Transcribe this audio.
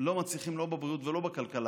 לא מצליחים, לא בבריאות ולא בכלכלה.